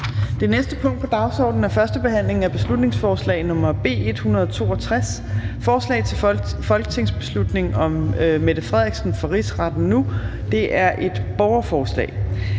Det næste punkt på dagsordenen er: 16) 1. behandling af beslutningsforslag nr. B 162: Forslag til folketingsbeslutning om Mette Frederiksen for Rigsretten nu (borgerforslag).